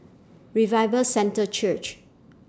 Revival Centre Church